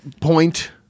point